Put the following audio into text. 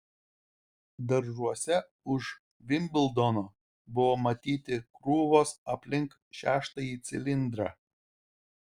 daržuose už vimbldono buvo matyti krūvos aplink šeštąjį cilindrą